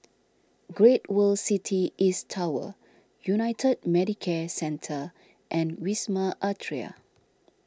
Great World City East Tower United Medicare Centre and Wisma Atria